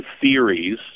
theories